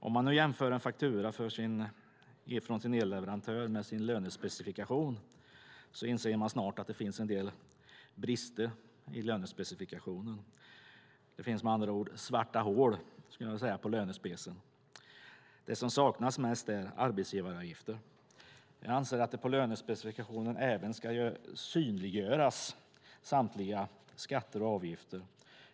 Om man jämför en faktura från sin elleverantör med sin lönespecifikation inser man snart att det finns en del brister i lönespecifikationen. Det finns med andra ord svarta hål i lönespecifikationen. Det som saknas mest är arbetsgivaravgifter. Jag anser att det även i lönespecifikationen ska synliggöras samtliga skatter och avgifter.